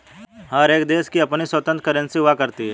हर एक देश की अपनी स्वतन्त्र करेंसी हुआ करती है